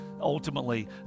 ultimately